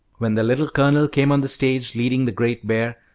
when the little colonel came on the stage leading the great bear,